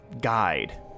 Guide